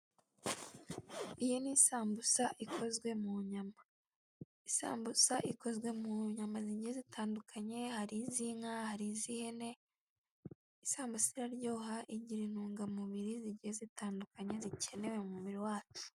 Iyi ni isambusa ikozwe mu nyama. Isambuza ikozwe mu nyama zigiye zitandukanye hari izi nka, izi hene. Isambusa iraryoha igira intungamubiri zigiye zitandukanye zikenewe mu mubiri wacu.